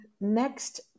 next